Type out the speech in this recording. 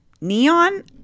neon